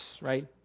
right